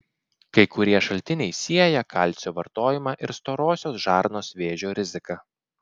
kai kurie šaltiniai sieja kalcio vartojimą ir storosios žarnos vėžio riziką